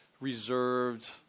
reserved